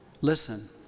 Listen